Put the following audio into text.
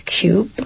cube